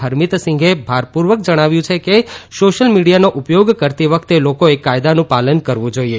હરમિત સિંઘે ભારપૂર્વક જણાવ્યું કે સોશિયલ મીડીયાનો ઉપયોગ કરતી વખતે લોકોએ કાયદાનું પાલન કરવું જોઇએ